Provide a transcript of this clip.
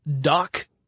Doc